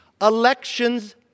Elections